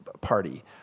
party